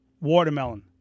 Watermelon